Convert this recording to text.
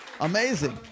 Amazing